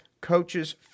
coaches